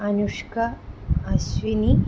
Anushka Ashwini